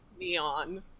neon